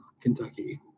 Kentucky